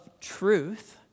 truth